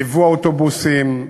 ייבוא האוטובוסים,